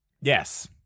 Yes